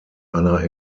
einer